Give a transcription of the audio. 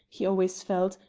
he always felt,